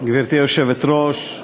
גברתי היושבת-ראש,